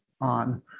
on